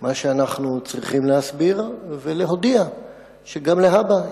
מה שאנחנו צריכים להסביר ולהודיע שגם להבא,